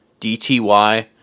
DTY